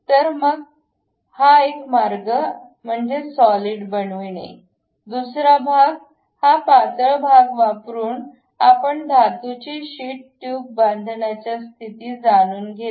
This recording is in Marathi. तर एक मार्ग म्हणजे सॉलिड बनवणे दुसरा भाग हा पातळ भाग वापरुन आपण धातूची शीट ट्यूब बांधण्याच्या स्थिती जाणून घेतली